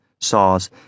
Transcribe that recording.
saws